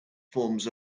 forms